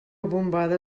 bombada